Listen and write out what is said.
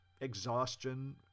exhaustion